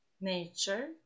nature